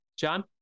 John